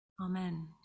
Amen